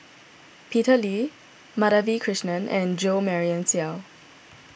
Peter Lee Madhavi Krishnan and Jo Marion Seow